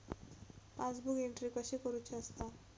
Passbook entry कशी करुची असता?